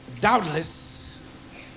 doubtless